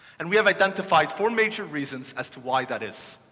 and we have identified four major reasons as to why that is.